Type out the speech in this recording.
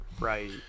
right